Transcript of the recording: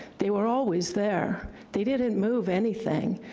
they were always there they didn't move anything.